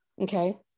Okay